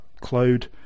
cloud